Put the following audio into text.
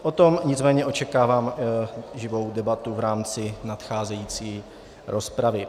O tom nicméně očekávám živou debatu v rámci nadcházející rozpravy.